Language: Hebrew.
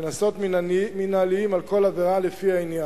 קנסות מינהליים על כל עבירה, לפי העניין.